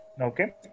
Okay